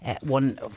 one